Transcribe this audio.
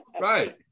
right